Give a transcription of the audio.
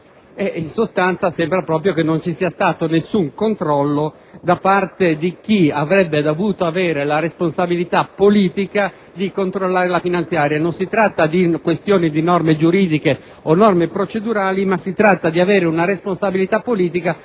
In sostanza, sembra proprio che non ci sia stato nessun controllo da parte di chi avrebbe dovuto avere la responsabilità politica di controllare la finanziaria. Non si tratta di questioni di norme giuridiche o di norme procedurali, ma si tratta di avere una responsabilità politica